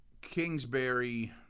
Kingsbury